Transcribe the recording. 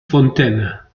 fontaine